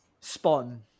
Spawn